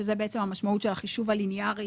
שזאת בעצם המשמעות של החישוב הלינארי